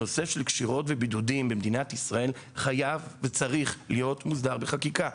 נושא של קשירות ובידודים במדינת ישראל חייב וצריך להיות מוסדר בחקיקה.